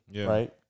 Right